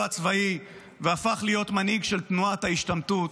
הצבאי והפך להיות מנהיג של תנועת ההשתמטות,